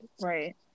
Right